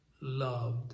loved